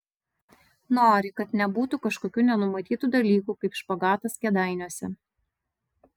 nori kad nebūtų kažkokių nenumatytų dalykų kaip špagatas kėdainiuose